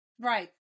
Right